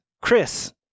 Chris